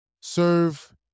serve